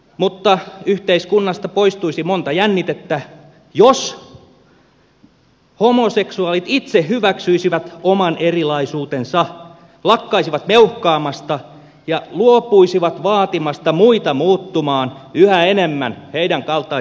mutta yhteiskunnasta poistuisi monta jännitettä jos homoseksuaalit itse hyväksyisivät oman erilaisuutensa lakkaisivat meuhkaamasta ja luopuisivat vaatimasta muita muuttumaan yhä enemmän heidän kaltaisekseen